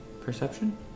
Perception